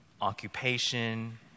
occupation